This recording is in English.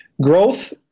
growth